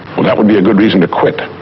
well, that would be a good reason to quit.